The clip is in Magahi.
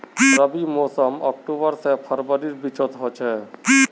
रविर मोसम अक्टूबर से फरवरीर बिचोत होचे